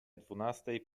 dwunastej